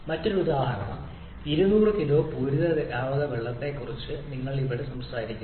മറ്റൊരു ഉദാഹരണം 200 കിലോ പൂരിത ദ്രാവക വെള്ളത്തെക്കുറിച്ച് നിങ്ങൾ ഇവിടെ സംസാരിക്കുന്നു